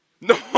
no